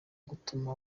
gutuma